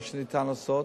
מה שאפשר לעשות,